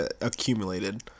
accumulated